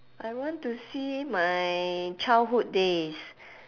I want to see my childhood days